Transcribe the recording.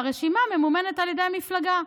והרשימה ממומנת על ידי המפלגה.